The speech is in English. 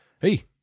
hey